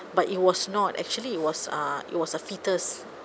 but it was not actually it was uh it was a fetus